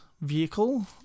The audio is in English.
vehicle